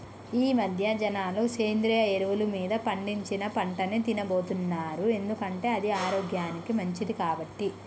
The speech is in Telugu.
ఈమధ్య జనాలు సేంద్రియ ఎరువులు మీద పండించిన పంటనే తిన్నబోతున్నారు ఎందుకంటే అది ఆరోగ్యానికి మంచిది కాబట్టి